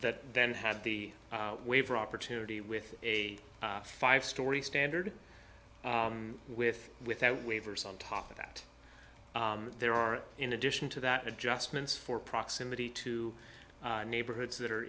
that then had the waiver opportunity with a five story standard with without waivers on top of that there are in addition to that adjustments for proximity to neighborhoods that are